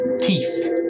teeth